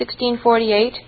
1648